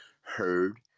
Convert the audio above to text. heard